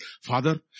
Father